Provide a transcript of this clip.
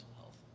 health